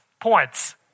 points